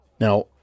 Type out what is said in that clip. Now